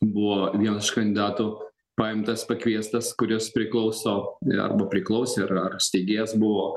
buvo vienas iš kandidatų paimtas pakviestas kuris priklauso arba priklausė ar ar steigėjas buvo